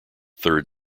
third